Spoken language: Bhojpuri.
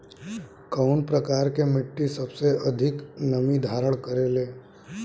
कउन प्रकार के मिट्टी सबसे अधिक नमी धारण करे ले?